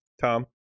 Tom